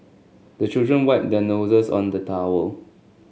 the children wipe their noses on the towel